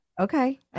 Okay